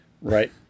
right